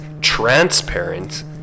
transparent